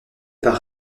par